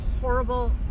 horrible